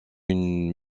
une